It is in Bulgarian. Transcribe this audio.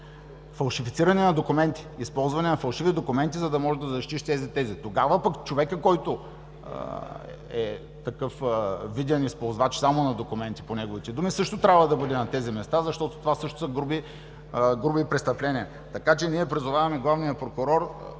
фалшифициране на документи, използване на фалшиви документи, за да можеш да защитиш тези тéзи, тогава пък човекът, който е такъв виден използвач само на документи по неговите думи, също трябва да бъде на тези места, защото това също са груби престъпления. Така че ние призоваваме главния прокурор